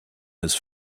his